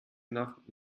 nach